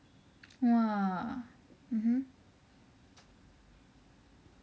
!wah! hmm